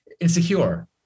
insecure